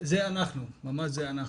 זה אנחנו, ממש זה אנחנו.